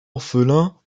orphelins